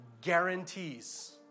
guarantees